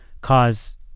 cause